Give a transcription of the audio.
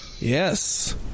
Yes